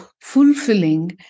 fulfilling